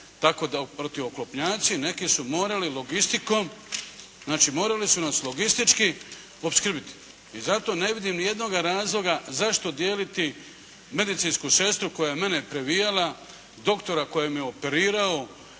tako protuoklopnjaci, neki su morali logistikom, znači morali su nas logistički opskrbiti. I zato ne vidim nijednoga razloga zašto dijeliti medicinsku sestru koja je mene previjala, doktora koji me operirao